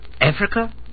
Africa